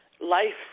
life